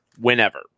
whenever